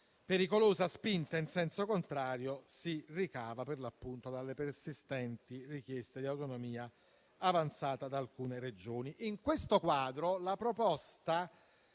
pericolosa spinta in senso contrario si ricava, per l'appunto, dalle persistenti richieste di autonomia avanzate da alcune Regioni.